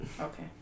Okay